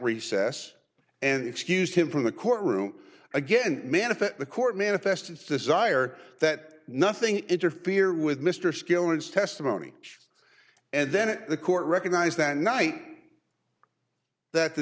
recess and excused him from the courtroom again manifest the court manifests the zire that nothing interfere with mr skilling's testimony and then the court recognized that night that the